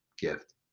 gift